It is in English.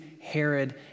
Herod